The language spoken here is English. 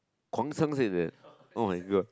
Guang-Xiang says that oh my god